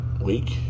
week